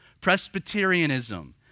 Presbyterianism